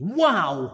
wow